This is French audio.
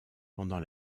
pendant